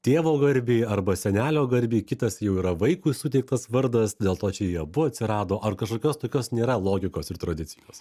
tėvo garbei arba senelio garbei kitas jau yra vaikui suteiktas vardas dėl to čia jie abu atsirado ar kažkokios tokios nėra logikos ir tradicijos